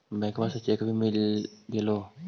बैंकवा से चेक भी मिलगेलो?